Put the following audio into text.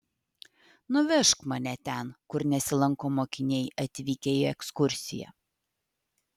nuvežk mane ten kur nesilanko mokiniai atvykę į ekskursiją